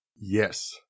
yes